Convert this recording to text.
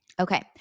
Okay